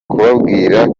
kubabwira